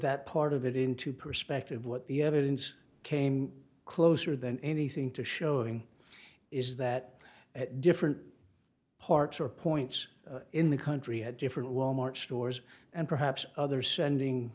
that part of it into perspective what the evidence came closer than anything to showing is that at different parts or points in the country at different wal mart stores and perhaps other sending